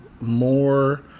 more